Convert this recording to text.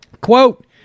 Quote